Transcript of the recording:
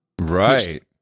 Right